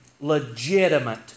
Legitimate